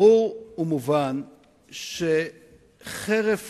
ברור ומובן שחרף